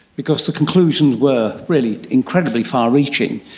because the conclusions were really incredibly far-reaching.